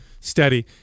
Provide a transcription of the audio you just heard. Steady